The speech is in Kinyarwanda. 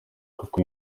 koko